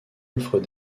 offre